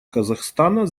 казахстана